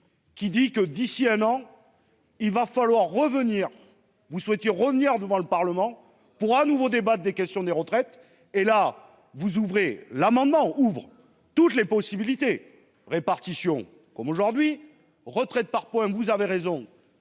Qui dit que d'ici un an. Il va falloir revenir vous souhaitez revenir devant le Parlement pour un nouveau débat des questions des retraites et là vous ouvrez l'amendement ouvre toutes les possibilités répartition comme aujourd'hui. Retraite par points. Vous avez raison.